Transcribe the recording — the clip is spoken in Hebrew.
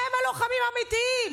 הם הלוחמים האמיתיים.